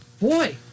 boy